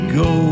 go